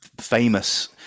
famous